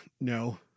no